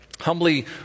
humbly